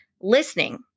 listening